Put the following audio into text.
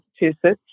massachusetts